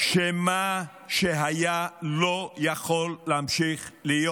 שמה שהיה לא יכול להמשיך להיות.